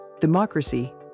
Democracy